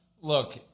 Look